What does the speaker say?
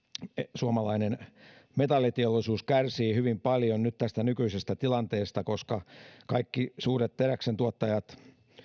suomalainen metalliteollisuus kärsii hyvin paljon nyt tästä nykyisestä tilanteesta koska kaikki suuret teräksentuottajat